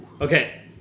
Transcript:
Okay